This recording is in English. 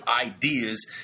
ideas